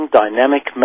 dynamic